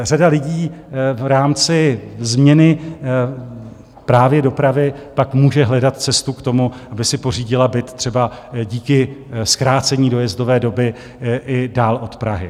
Řada lidí v rámci změny právě dopravy pak může hledat cestu k tomu, aby si pořídila byt třeba díky zkrácení dojezdové doby i dál od Prahy.